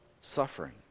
suffering